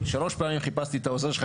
אני שלוש פעמים חיפשתי את העוזר לך